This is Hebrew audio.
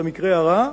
ובמקרה הרע,